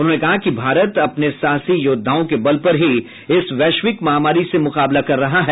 उन्होंने कहा कि भारत अपने साहसी योद्धाओं के बल पर ही इस वैश्विक महामारी से मुकाबला कर रहा है